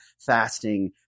fasting